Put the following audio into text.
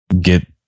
get